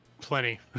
plenty